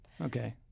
Okay